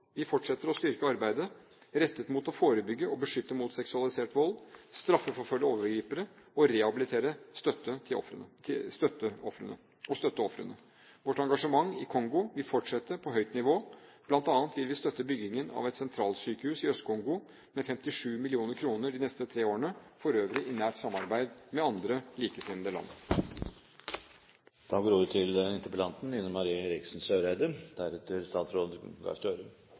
fortsetter å styrke arbeidet rettet mot å forebygge og beskytte mot seksualisert vold, straffeforfølge overgripere og rehabilitere og støtte ofrene. Vårt engasjement i Kongo vil fortsette på høyt nivå. Blant annet vil vi støtte byggingen av et sentralsykehus i Øst-Kongo med 57 mill. kr de neste tre årene, for øvrig i nært samarbeid med likesinnede land. Først vil jeg takke utenriksministeren for svaret. Jeg syns det er oppløftende og hyggelig at vi av og til